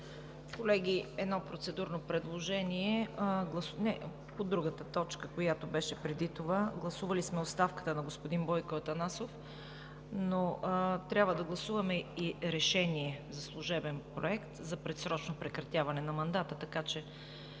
Колеги, едно процедурно предложение по другата точка, която беше преди това. Гласували сме оставката на господин Бойко Атанасов, но трябва да гласуваме и Решение за служебен проект за предсрочно прекратяване на мандата.